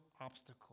obstacle